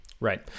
Right